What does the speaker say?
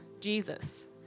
Jesus